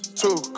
two